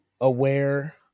aware